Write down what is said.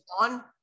on